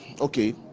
Okay